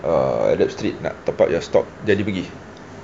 err arab street nak top up your stock jadi pergi